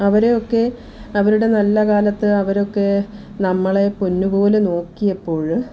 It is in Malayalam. അവരെയൊക്കെ അവരുടെ നല്ല കാലത്ത് അവരൊക്കെ നമ്മളെ പൊന്ന് പോലെ നോക്കിയപ്പോൾ